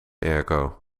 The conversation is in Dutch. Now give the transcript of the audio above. airco